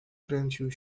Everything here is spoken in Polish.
kręcił